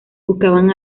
buscaban